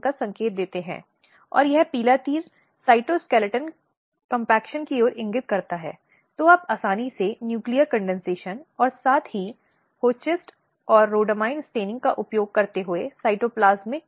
परीक्षण न्यायाधीश काफी संवेदनशीलता के साथ कार्यवाही से निपटेंगे और सुनिश्चित करेंगे कि परीक्षण न्याय पूर्वक आयोजित किया गया है